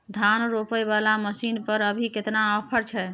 धान रोपय वाला मसीन पर अभी केतना ऑफर छै?